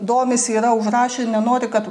domisi yra užrašę nenori kad